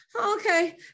Okay